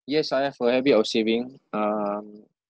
yes I have a habit of saving um